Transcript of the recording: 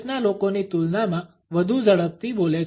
ના લોકોની તુલનામાં વધુ ઝડપથી બોલે છે